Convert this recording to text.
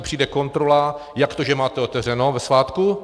Přijde kontrola jak to, že máte otevřeno ve svátku?